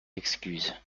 excuses